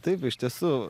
taip iš tiesų